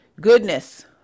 goodness